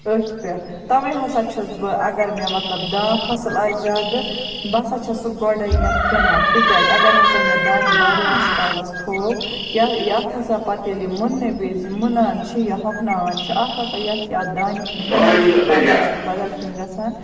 أتھ پٮ۪ٹھ تَوَے ہَسا چھُس بہٕ اگر مےٚ مَطلَب داں فصل آسہِ زیادٕ بہٕ ہَسا چھَس سُہ گۄڈنیٚتھ کٕنان تکیازِ اَگر ہَسا مےٚ دانہِ واریاہَس کالَس تھوو یِتھ ہَسا پَتہٕ ییٚلہِ یہِ مٕننہٕ وِزِ مٕنان چھِ یا ہوٚکھناوان چھِ اتھ ہَسا یا چھِ اَتھ دانہِ توٚمُل پھٕٹان نہ تہٕ چھُس بَدَل کینٛہہ گَژھان